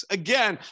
again